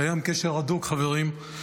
קיים קשר הדוק, חברים,